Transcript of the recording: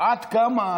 עד כמה,